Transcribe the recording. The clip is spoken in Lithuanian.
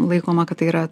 laikoma kad tai yra